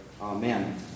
Amen